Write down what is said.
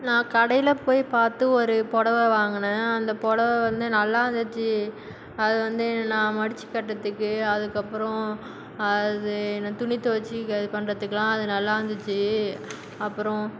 நான் கடையில் போய் பார்த்து ஒரு புடவ வாங்கினேன் அந்த புடவ வந்து நல்லா இருந்துச்சு அது வந்து நான் மடிச்சு கட்டுறத்துக்கு அதுக்கப்புறம் அது துணி துவச்சி இது பண்ணுறதுக்குலாம் அது நல்லா இருந்துச்சு அப்புறம்